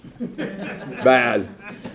Bad